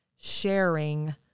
sharing